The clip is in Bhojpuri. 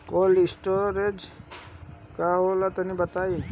कोल्ड स्टोरेज का होला तनि बताई?